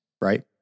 right